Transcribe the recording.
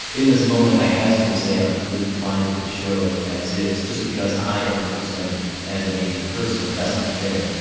in this moment, i hazard to say i'm completely fine with the show as is, just because i am represented as an asian person that's not fair.